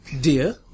Dear